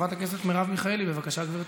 חברת הכנסת מרב מיכאלי, בבקשה, גברתי.